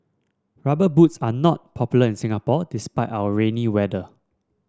rubber boots are not popular in Singapore despite our rainy weather